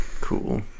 Cool